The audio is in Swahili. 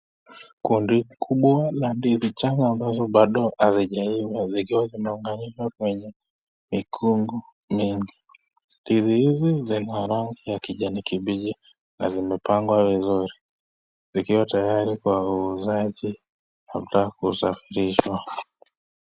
Kundi kubwa la ndizi changa ambazo bado hazijaiva zikiwa zimeunganishwa kwenye mikungu mingi. Ndizi hizi zinz rangi ya kijani kibichi na zimepangwa vizuri zikiwa tayari kwa uuzaji ama zinataka kusafirishwa.